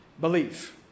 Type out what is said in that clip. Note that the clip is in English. belief